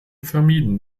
vermieden